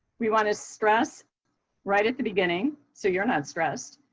we want to stress right at the beginning, so you're not stressed,